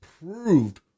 proved